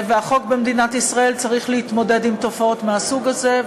החוק במדינת ישראל צריך להתמודד עם תופעות מהסוג הזה,